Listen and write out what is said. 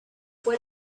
what